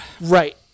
Right